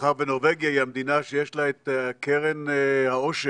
מאחר שנורבגיה היא המדינה שיש לה את קרן העושר